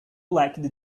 liked